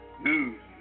news